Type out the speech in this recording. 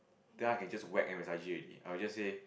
then I can just whack M_S_I_G already I will just say